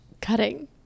cutting